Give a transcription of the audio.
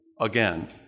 Again